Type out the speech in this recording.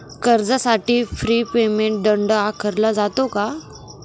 कर्जासाठी prepayment दंड आकारला जातो का?